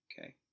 Okay